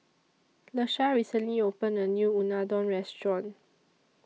Lesha recently opened A New Unadon Restaurant